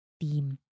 team